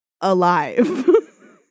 alive